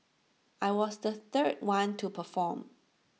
I was the third one to perform